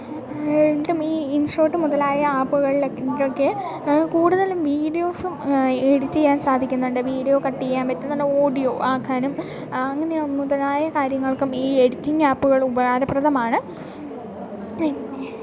രണ്ടും ഈ ഇൻഷോട്ട് മുതലായ ആപ്പുകളിലൊക്കെ കൂടുതലും വീഡിയോസും എഡിറ്റ് ചെയ്യാൻ സാധിക്കുന്നുണ്ട് വീഡിയോ കട്ട് ചെയ്യാൻ പറ്റുന്നുണ്ട് ഓഡിയോ ആക്കാനും അങ്ങനെ മുതലായ കാര്യങ്ങൾക്കും ഈ എഡിറ്റിംഗ് ആപ്പുകളുപകാരപ്രദമാണ് പിന്നെ